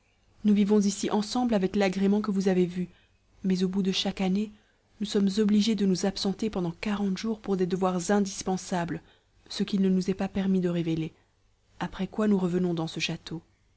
nous vivons ici ensemble avec l'agrément que vous avez vu mais au bout de chaque année nous sommes obligées de nous absenter pendant quarante jours pour des devoirs indispensables ce qu'il ne nous est pas permis de révéler après quoi nous revenons dans ce château